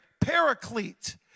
Paraclete